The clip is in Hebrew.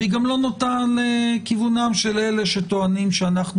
והיא גם לא נוטה לכיוונם של אלה שטוענים שאנחנו